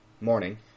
morning